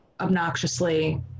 obnoxiously